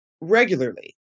regularly